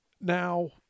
Now